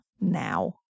now